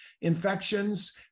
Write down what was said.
Infections